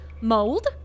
Mold